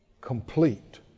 complete